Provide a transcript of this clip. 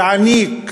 תעניק,